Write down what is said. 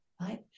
right